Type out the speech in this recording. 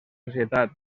societat